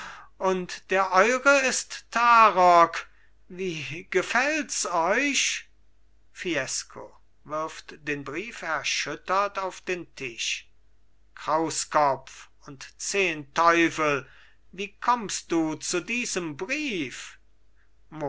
und der eure ist tarock wie gefällts euch fiesco wirft den brief erschüttert auf den tisch krauskopf und zehen teufel wie kommst du zu diesem brief